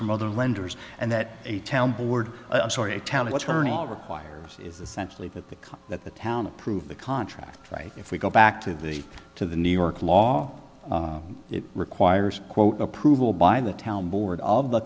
from other lenders and that a town board i'm sorry a talent attorney requires is essentially that the that the town approve the contract right if we go back to the to the new york law it requires quote approval by the town board all